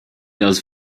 loves